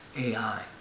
ai